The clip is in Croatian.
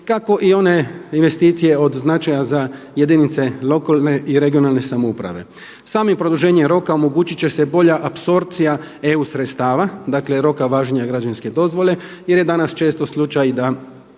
kako i one investicije od značaja za jedinice lokalne i regionalne samouprave. Samim produženjem roka omogućiti će se bolja apsorpcija EU sredstava, dakle roka važenja građevinske dozvole jer je danas često slučaj da